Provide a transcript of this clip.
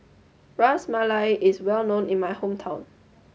Ras Malai is well known in my hometown